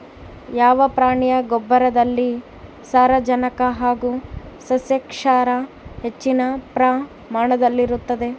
ಯಾವ ಪ್ರಾಣಿಯ ಗೊಬ್ಬರದಲ್ಲಿ ಸಾರಜನಕ ಹಾಗೂ ಸಸ್ಯಕ್ಷಾರ ಹೆಚ್ಚಿನ ಪ್ರಮಾಣದಲ್ಲಿರುತ್ತದೆ?